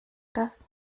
das